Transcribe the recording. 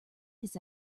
his